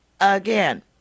again